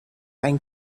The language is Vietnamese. anh